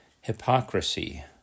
hypocrisy